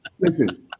listen